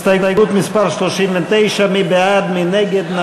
הסתייגות מס' 39, מי בעד, מי נגד?